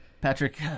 Patrick